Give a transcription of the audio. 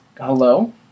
Hello